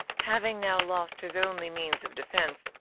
having now lost his only means of defence,